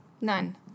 None